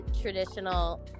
traditional